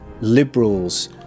liberals